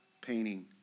painting